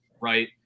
Right